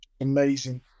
Amazing